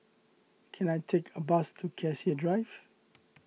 can I take a bus to Cassia Drive